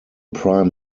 prime